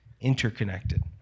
interconnected